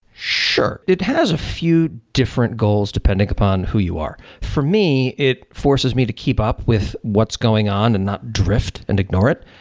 sure. it has a few different goals depending upon who you are. for me, it forces me to keep up with what's going on and not drift and ignore it.